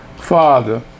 father